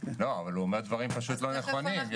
הוא אומר דברים לא נכונים.